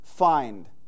find